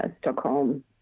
Stockholm